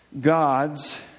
Gods